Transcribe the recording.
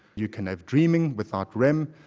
you can have dreaming without rem,